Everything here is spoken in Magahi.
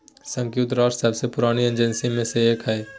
संयुक्त राष्ट्र सबसे पुरानी एजेंसी में से एक हइ